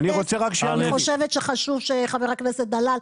אני חושבת שחשוב שחבר הכנסת דלל,